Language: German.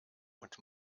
und